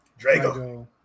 Drago